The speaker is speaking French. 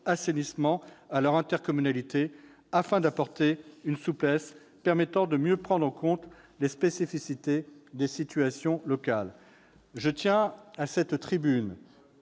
assainissement » à leur intercommunalité, afin d'apporter une souplesse permettant de mieux prendre en compte les spécificités des situations locales. Je tiens, à cette tribune,